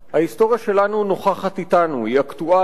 ההיסטוריה שלנו נוכחת אתנו, היא אקטואלית.